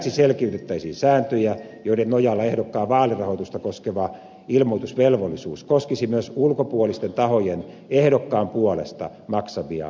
lisäksi selkiytettäisiin sääntöjä joiden nojalla ehdokkaan vaalirahoitusta koskeva ilmoitusvelvollisuus koskisi myös ulkopuolisten tahojen ehdokkaan puolesta maksamia vaalikustannuksia